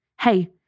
Hey